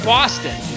Boston